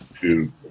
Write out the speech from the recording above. two